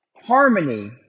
harmony